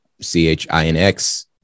c-h-i-n-x